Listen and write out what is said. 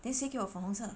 then 谁给我粉红色